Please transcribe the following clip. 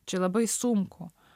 čia labai sunku